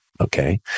Okay